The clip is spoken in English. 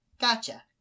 Gotcha